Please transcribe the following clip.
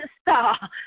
star